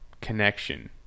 connection